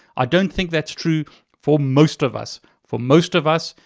i don't think that's true for most of us. for most of us,